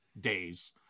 days